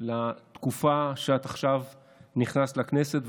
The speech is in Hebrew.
לתקופה שאת עכשיו נכנסת לכנסת.